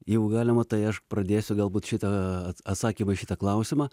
jeigu galima tai aš pradėsiu galbūt šitą atsakymą į šitą klausimą